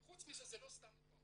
חוץ מזה זה לא סתם עיתון,